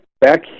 back